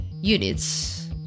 Units